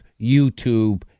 YouTube